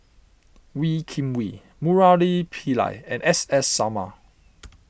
Wee Kim Wee Murali Pillai and S S Sarma